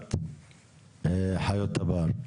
לטובת חיות הבר.